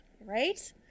right